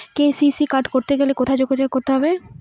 KCC card করতে হলে কোথায় যোগাযোগ করতে হবে?